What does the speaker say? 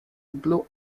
blew